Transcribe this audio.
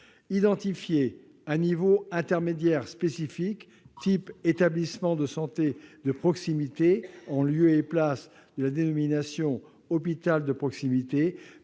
Identifier un niveau intermédiaire spécifique, du type établissement de santé de proximité, en lieu et place de la dénomination « hôpital de proximité »,